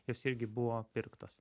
jos irgi buvo pirktos